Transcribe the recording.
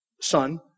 son